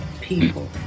people